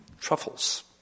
Truffles